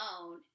alone